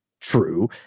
true